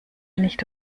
nicht